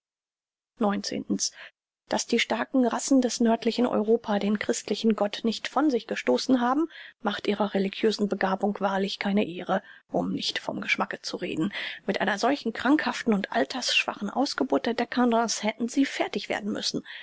daß die starken rassen des nördlichen europa den christlichen gott nicht von sich gestoßen haben macht ihrer religiösen begabung wahrlich keine ehre um nicht vom geschmacke zu reden mit einer solchen krankhaften und altersschwachen ausgeburt der dcadence hätten sie fertig werden müssen